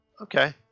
Okay